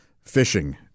fishing